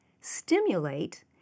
Stimulate